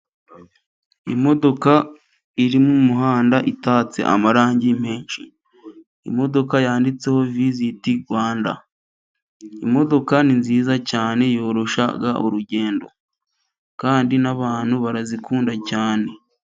Imodoka iri mu umuhanda itatse amarangi menshi, imodoka yanditseho visiti Rwanda. Imodoka ni nziza cyane yorosha urugendo, kandi n'abantu barazikunda cyane.